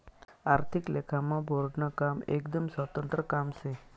आर्थिक लेखामा बोर्डनं काम एकदम स्वतंत्र काम शे